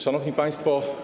Szanowni Państwo!